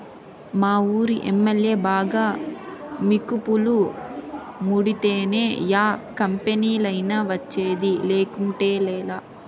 మావూరి MLA బాగా మికుపులు ముడితేనే యా కంపెనీలైనా వచ్చేది, లేకుంటేలా